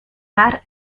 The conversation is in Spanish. mar